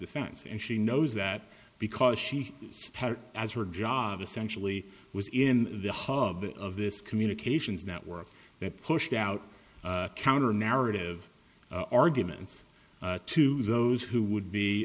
defense and she knows that because she as her job essentially was in the hub of this communications network that pushed out counter narrative arguments to those who would